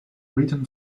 written